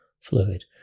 fluid